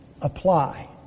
apply